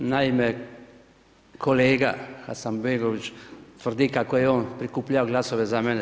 Naime, kolega Hasanbegović tvrdi kako je on prikupljao glasove za mene.